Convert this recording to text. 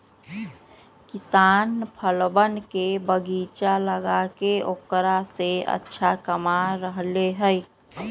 किसान फलवन के बगीचा लगाके औकरा से अच्छा कमा रहले है